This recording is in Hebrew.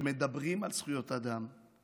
שמדברים על זכויות האדם,